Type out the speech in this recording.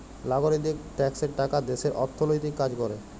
লাগরিকদের ট্যাক্সের টাকা দ্যাশের অথ্থলৈতিক কাজ ক্যরে